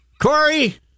Corey